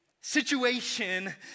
situation